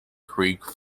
creek